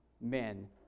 men